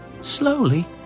Slowly